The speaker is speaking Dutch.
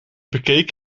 bekeek